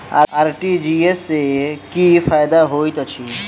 RTGS सँ की फायदा होइत अछि?